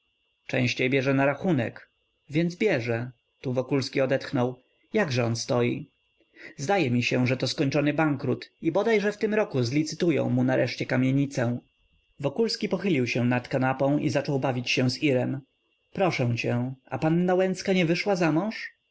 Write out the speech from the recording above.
częściej bierze na rachunek więc bierze tu wokulski odetchnął jakże on stoi zdaje się że to skończony bankrut i bodaj że w tym roku zlicytują mu nareszcie kamienicę wokulski pochylił się nad kanapą i zaczął bawić się z irem proszę cię a panna łęcka nie wyszła zamąż